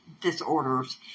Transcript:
disorders